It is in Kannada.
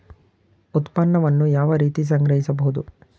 ಉತ್ಪನ್ನವನ್ನು ಯಾವ ರೀತಿ ಸಂಗ್ರಹಿಸಬಹುದು?